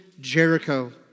Jericho